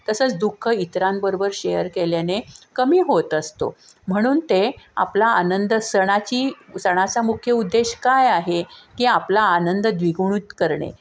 तसंच दुःख इतरांबरोबर शेअर केल्याने कमी होत असतो म्हणून ते आपला आनंद सणाची सणाचा मुख्य उद्देश काय आहे की आपला आनंद द्विगुणित करणे